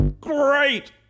Great